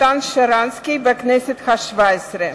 בכנסת השבע-עשרה.